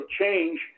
change